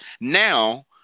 now